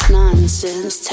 nonsense